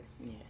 Yes